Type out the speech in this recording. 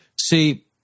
See